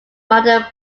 modern